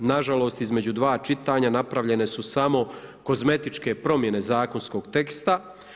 Nažalost između dva čitanja napravljene su samo kozmetičke promjene zakonskog teksta.